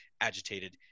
agitated